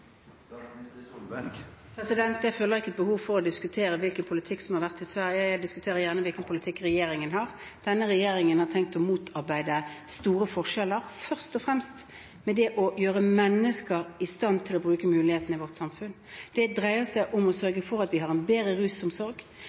Jeg føler ikke et behov for å diskutere hvilken politikk som har vært i Sverige. Jeg diskuterer gjerne hvilken politikk regjeringen har. Denne regjeringen har tenkt å motarbeide store forskjeller, først og fremst ved å gjøre mennesker i stand til å bruke mulighetene i vårt samfunn. Det dreier seg om å sørge for at vi har en bedre rusomsorg,